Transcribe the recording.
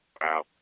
Wow